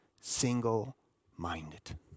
single-minded